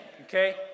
Okay